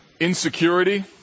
Insecurity